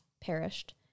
perished